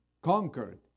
conquered